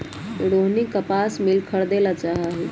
रोहिनी कपास मिल खरीदे ला चाहा हई